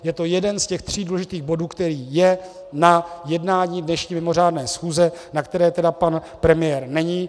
Je to jeden z těch tří důležitých bodů, který je na jednání dnešní mimořádné schůze, na které teda pan premiér není.